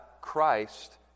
Christ